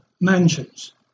mansions